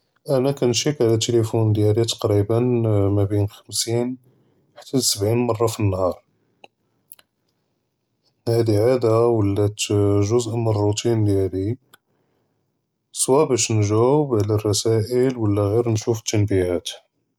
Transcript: אַנַא כּנְשִיק עַלַא הַתֵּלֵפוֹן דִיַאלִי תַקרִיבַּא מַאבִּין חְ'מְסִין חַתּّى סַבְעִין מַרָה פַלְנהַאר, הַדִי לְעַאדַה וַלַאת גּוּזְء מִן לְרוּטִין דִיַאלִי, סְוַא בַּאש נְגַ'וֶב עַלַא לְרַסַאאֶל ו לַאגִ'יר נְשׁוּף לְתַנְבִּיהַאת.